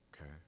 Okay